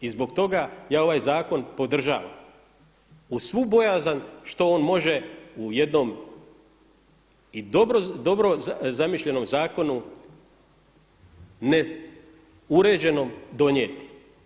I zbog toga ja ovaj zakon podržavam uz svu bojazan što on može u jednom i dobro zamišljenom zakonu ne uređenom donijeti.